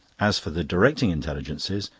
as for the directing intelligences,